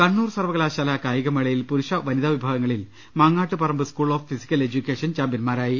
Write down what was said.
കണ്ണൂർ സർവകലാശാല കായികമേളയിൽ പുരുഷ വനിതാ വിഭാഗങ്ങളിൽ Mangattuparamba school of physical education ചാമ്പ്യൻമാരായി